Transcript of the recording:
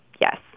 Yes